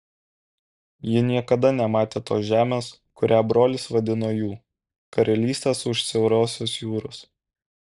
ji niekada nematė tos žemės kurią brolis vadino jų karalystės už siaurosios jūros